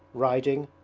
riding,